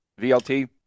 VLT